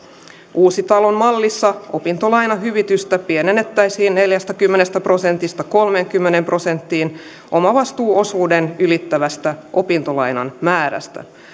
uusitalon mallissa opintolainahyvitystä pienennettäisiin neljästäkymmenestä prosentista kolmeenkymmeneen prosenttiin omavastuuosuuden ylittävästä opintolainan määrästä